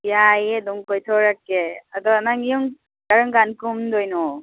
ꯌꯥꯏꯌꯦ ꯑꯗꯨꯝ ꯀꯣꯏꯊꯣꯔꯛꯀꯦ ꯑꯗꯣ ꯅꯪ ꯌꯨꯝ ꯀꯔꯝꯀꯥꯟꯗ ꯀꯨꯝꯗꯣꯏꯅꯣ